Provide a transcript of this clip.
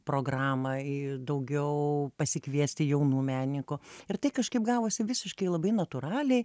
programą ir daugiau pasikviesti jaunų meninkų ir tai kažkaip gavosi visiškai labai natūraliai